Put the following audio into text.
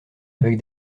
avec